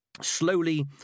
Slowly